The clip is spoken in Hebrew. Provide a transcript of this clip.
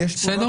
טוב, בסדר.